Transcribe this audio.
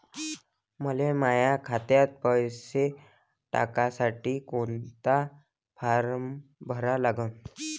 मले माह्या खात्यात पैसे टाकासाठी कोंता फारम भरा लागन?